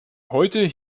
heute